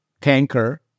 tanker